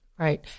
Right